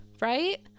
Right